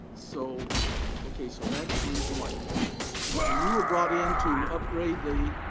so ok. so that's the reason why. and you were brought in to upgrade the